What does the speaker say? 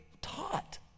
taught